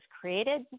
created